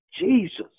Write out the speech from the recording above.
Jesus